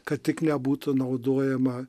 kad tik nebūtų naudojama